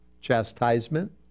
chastisement